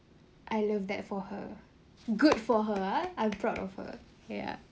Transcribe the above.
so I love that for her good for her uh I'm proud of her yeah